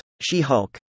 She-Hulk